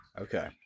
Okay